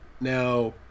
Now